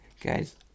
guys